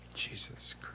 Jesus